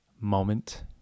moment